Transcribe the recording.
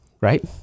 right